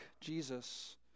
Jesus